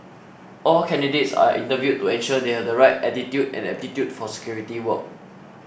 all candidates are interviewed to ensure they have the right attitude and aptitude for security work